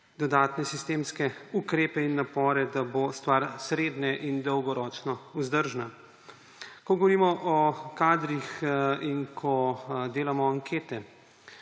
dodatne sistemske ukrepe in napore, da bo stvar srednje- in dolgoročno vzdržna. Ko govorimo o kadrih in ko delamo ankete,